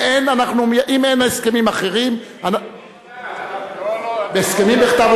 אם אין הסכמים אחרים, הסכמים בכתב.